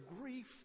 grief